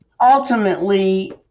ultimately